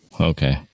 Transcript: okay